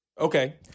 Okay